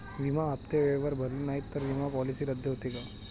विमा हप्ते वेळेवर भरले नाहीत, तर विमा पॉलिसी रद्द होते का?